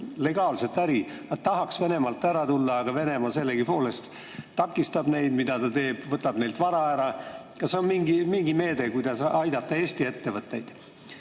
legaalset äri? Nad tahaks Venemaalt ära tulla, aga Venemaa takistab neid. Mida ta teeb? Võtab neilt vara ära. Kas on mingi meede, kuidas aidata Eesti ettevõtteid? Ja